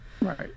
right